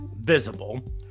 visible